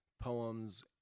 poems